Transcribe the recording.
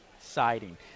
Siding